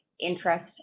interest